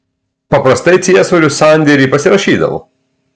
paprastai ciesorius sandėrį pasirašydavo